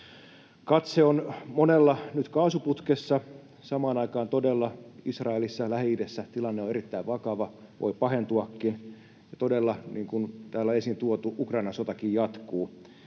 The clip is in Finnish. Katse on monella nyt kaasuputkessa. Samaan aikaan todella Israelissa ja Lähi-idässä tilanne on erittäin vakava, voi pahentuakin, ja todella, niin kuin täällä on esiin tuotu, Ukrainan sotakin jatkuu.